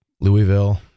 Louisville